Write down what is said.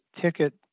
ticket